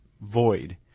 void